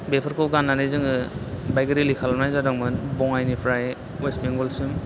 बेफोरखौ गाननानै जोङो बाइक रिलि खालामनान जादोंमोन बङाइनिफ्राय अवेज बेंगलसिम